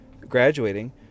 graduating